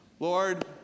Lord